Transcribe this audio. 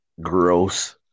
Gross